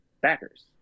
backers